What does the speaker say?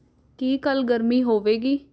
ਕੀ ਕੱਲ੍ਹ ਗਰਮੀ ਹੋਵੇਗੀ